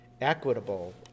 equitable